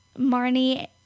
Marnie